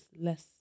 less